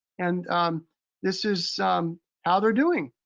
and this is how they're doing,